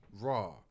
raw